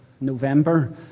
november